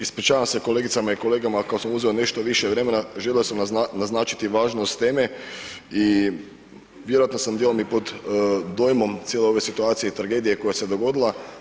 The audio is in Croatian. Ispričavam se kolegicama i kolegama ako sam uzeo nešto više vremena želio sam naznačiti važnost teme i vjerojatno sam djelom i pod dojmom cijele ove situacije i tragedije koja se dogodila.